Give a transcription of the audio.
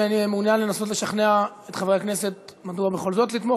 אתה מעוניין לנסות לשכנע את חברי הכנסת מדוע בכל זאת לתמוך,